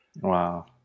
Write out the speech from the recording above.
Wow